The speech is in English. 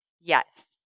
Yes